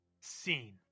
scene